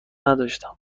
نداشتم